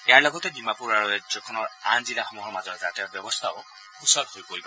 ইয়াৰ লগতে ডিমাপুৰ আৰু ৰাজ্যখনৰ আন জিলাসমূহৰ মাজৰ যাতায়াত ব্যৱস্থাও সুচল হৈ পৰিব